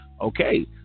okay